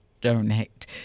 donate